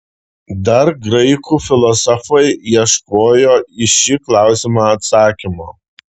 dar graikų filosofai ieškojo į šį klausimą atsakymo